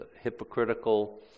hypocritical